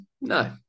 no